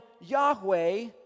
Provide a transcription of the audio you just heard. Yahweh